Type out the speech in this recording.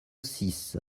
six